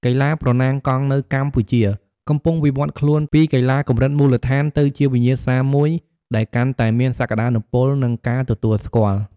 កីឡាប្រណាំងកង់នៅកម្ពុជាកំពុងវិវត្តខ្លួនពីកីឡាកម្រិតមូលដ្ឋាន ទៅជាវិញ្ញាសាមួយដែលកាន់តែមានសក្ដានុពល និងការទទួលស្គាល់។